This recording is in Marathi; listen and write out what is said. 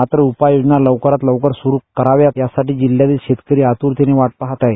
मात्र उपायोजना लवकरात लवकर स्रू करावा यासाठी जिल्ह्यातील शेतकरी आत्रतेने वाट पाहत आहे